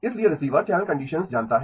इसलिए receiver channel conditions जानता है